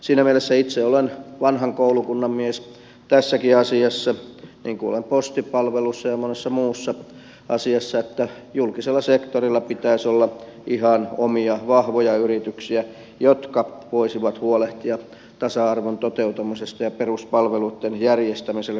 siinä mielessä itse olen vanhan koulukunnan mies tässäkin asiassa niin kuin olen postipalveluissa ja monessa muussa asiassa että julkisella sektorilla pitäisi olla ihan omia vahvoja yrityksiä jotka voisivat huolehtia tasa arvon toteutumisesta ja peruspalveluitten järjestämisestä kaikkialle suomeen